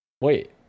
wait